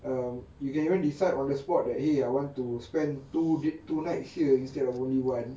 um you can even decide on the spot that !hey! I want to spend two did two night here instead of only one